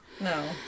No